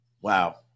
Wow